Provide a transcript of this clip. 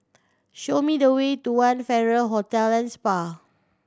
show me the way to One Farrer Hotel and Spa